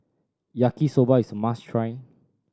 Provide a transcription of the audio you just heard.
Yaki Soba is must try